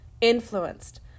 influenced